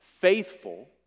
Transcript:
Faithful